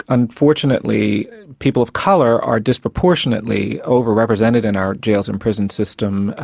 unfortunately people of colour are disproportionately overrepresented in our jails and prison system.